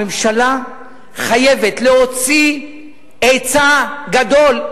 הממשלה חייבת להוציא היצע גדול,